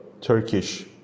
Turkish